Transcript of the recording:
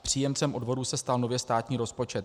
Příjemcem odvodu se stal nově státní rozpočet.